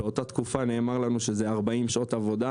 באותה תקופה נאמר לנו שזה 40 שעות עבודה,